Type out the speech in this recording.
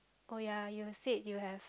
oh ya you said you have